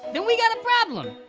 then we got a problem.